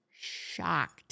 shocked